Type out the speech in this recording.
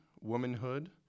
womanhood